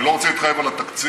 אני לא רוצה להתחייב על התקציב,